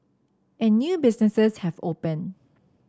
and new businesses have opened